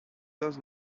does